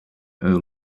earl